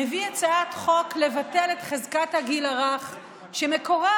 מביא הצעת חוק לבטל את חזקת הגיל הרך שמקורה,